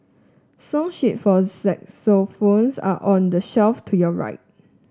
song sheets for are on the shelf to your right